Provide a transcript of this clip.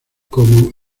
como